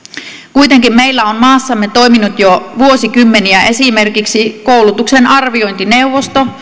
kuitenkin meillä on maassamme toiminut jo vuosikymmeniä esimerkiksi koulutuksen arviointineuvosto